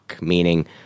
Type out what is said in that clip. meaning